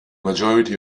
majority